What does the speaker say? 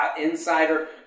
Insider